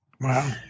Wow